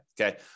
okay